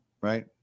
right